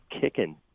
kicking